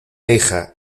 hija